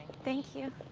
thank you.